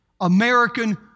American